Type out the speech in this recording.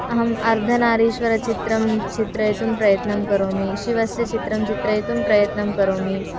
अहम् अर्धनारीश्वरचित्रं चित्रयितुं प्रयत्नं करोमि शिवस्य चित्रं चित्रयितुं प्रयत्नं करोमि